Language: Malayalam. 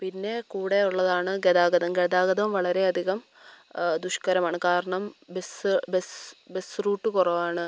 പിന്നെ കൂടെ ഉള്ളതാണ് ഗതാഗതം ഗതാഗതം വളരെ അധികം ദുഷ്ക്കരമാണ് കാരണം ബസ്സ് ബസ് ബസ് റൂട്ട് കുറവാണ്